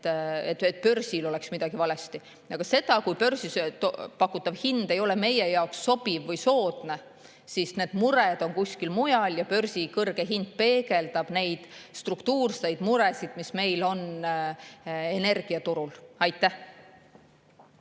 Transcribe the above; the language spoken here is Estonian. et börsil on midagi valesti. Kui börsi pakutav hind ei ole meie jaoks sobiv või soodne, siis need mured on kuskil mujal ja börsi kõrge hind peegeldab neid struktuurseid muresid, mis meil on energiaturul. Kalle